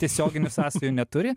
tiesioginių sąsajų neturi